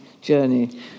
journey